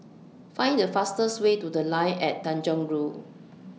Find The fastest Way to The Line At Tanjong Rhu